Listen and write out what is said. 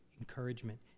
encouragement